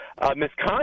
misconduct